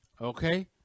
Okay